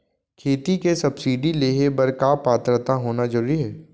खेती के सब्सिडी लेहे बर का पात्रता होना जरूरी हे?